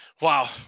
wow